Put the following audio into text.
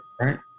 right